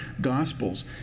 Gospels